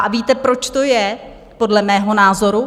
A víte, proč to je podle mého názoru?